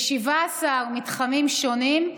ב-17 מתחמים שונים,